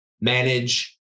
manage